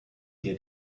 der